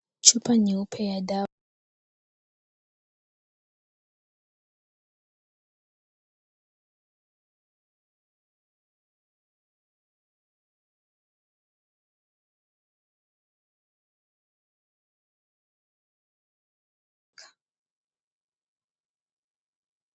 Chupa nyeupe ya dawa...